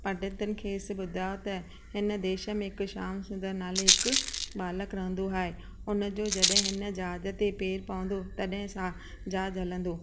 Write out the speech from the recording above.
पंडितनि खेसि ॿुधायो त हिन देश में हिकु शाम सुंदर नाले हिकु बालक रहंदो आहे उनजो जॾहिं हिन जहाज़ ते पेर पवंदो तॾहिं सां जहाज़ हलंदो